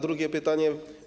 Drugie pytanie.